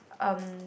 um